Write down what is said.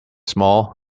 small